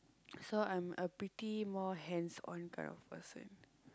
so I'm a pretty more hands on kind of person